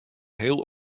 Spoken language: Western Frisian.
heel